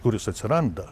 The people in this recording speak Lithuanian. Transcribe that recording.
kur jis atsiranda